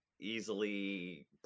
easily